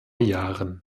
jahren